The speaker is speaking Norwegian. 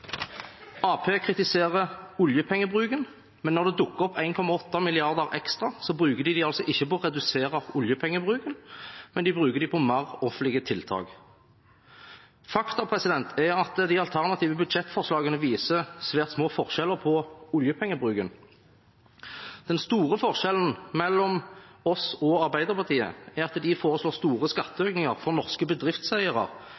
Arbeiderpartiet kritiserer oljepengebruken, men når det dukker opp 1,8 mrd. kr ekstra, bruker de dem ikke på å redusere oljepengebruken, de bruker dem på flere offentlige tiltak. Faktum er at de alternative budsjettforslagene viser svært små forskjeller i oljepengebruken. Den store forskjellen mellom oss og Arbeiderpartiet er at de foreslår store